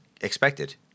expected